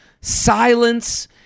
silence